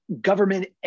government